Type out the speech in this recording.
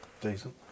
Decent